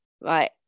Right